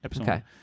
Okay